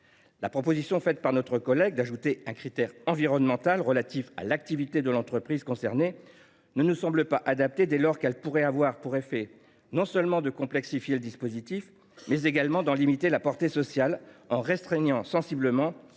La proposition de notre collègue consistant à ajouter un critère environnemental relatif à l’activité ne nous semble pas adaptée, dès lors qu’elle pourrait avoir pour effet non seulement de complexifier ce dispositif, mais également d’en limiter la portée sociale, en restreignant sensiblement